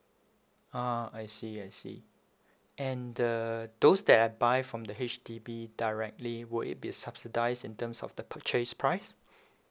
ah I see I see and the those that I buy from the H_D_B directly would it be subsidised in terms of the purchase price